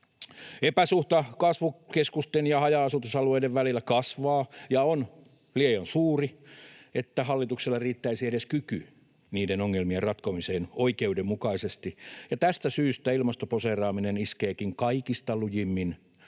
Epäsuhta kasvukeskusten ja haja-asutusalueiden välillä kasvaa ja on liian suuri, että hallituksella riittäisi edes kyky niiden ongelmien ratkomiseen oikeudenmukaisesti, ja tästä syystä ilmastoposeeraaminen iskeekin kaikista lujimmin